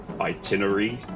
itinerary